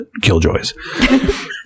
Killjoys